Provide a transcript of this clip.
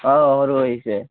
অঁ সৰু আহিছে